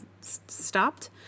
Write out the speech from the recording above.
stopped